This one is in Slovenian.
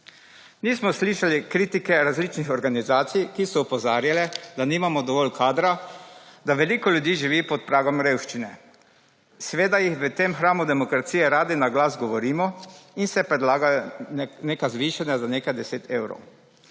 Nismo slišali kritike različnih organizacij, ki so opozarjale, da nimamo dovolj kadra, da veliko ljudi živi pod pragom revščine seveda jih v tem hramu demokracije radi na glas govorimo in se predlagajo neka zvišanja za nekaj 10 evrov.